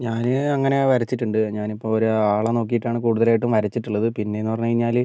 ഞാൻ അങ്ങനെ വരച്ചിട്ടുണ്ട് ഞാനിപ്പോൾ ഒരാളെ നോക്കിട്ടാണ് കൂടുതലായിട്ടും വരച്ചിട്ടുള്ളത് പിന്നെന്നു പറഞ്ഞു കഴിഞ്ഞാൽ